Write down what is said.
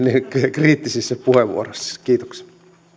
kriittisissä puheenvuoroissasi kiitoksia